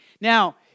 Now